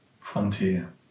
frontier